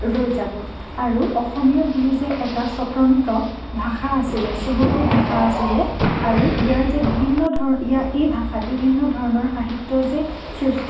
ৰৈ যাব আৰু অসমীয়া বুলি যে এটা স্বতন্ত্ৰ ভাষা আছিলে চহকী ভাষা আছিলে আৰু ইয়াৰ যে বিভিন্ন ধৰ ইয়াৰ এই ভাষাত বিভিন্ন ধৰণৰ সাহিত্য যে